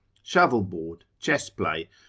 shovelboard, chess-play,